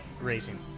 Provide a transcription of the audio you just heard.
racing